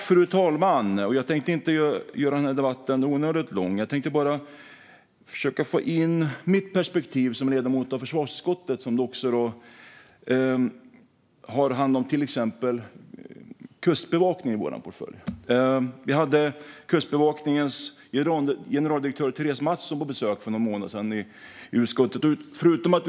Fru talman! Jag tänkte inte göra den här debatten onödigt lång, utan jag tänkte bara försöka få in mitt perspektiv som ledamot av försvarsutskottet. Vi har ju till exempel Kustbevakningen i vår portfölj. Vi hade Kustbevakningens generaldirektör Therese Mattsson på besök i utskottet för några månader sedan.